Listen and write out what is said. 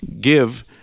give